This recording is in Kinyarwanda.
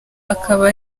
akaba